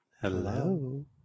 Hello